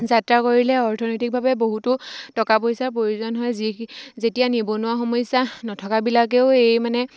যাত্ৰা কৰিলে অৰ্থনৈতিকভাৱে বহুতো টকা পইচাৰ প্ৰয়োজন হয় যি যেতিয়া নিবনুৱা সমস্যা নথকাবিলাকেও এই মানে